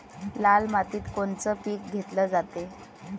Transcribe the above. लाल मातीत कोनचं पीक घेतलं जाते?